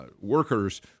workers